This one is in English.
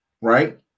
right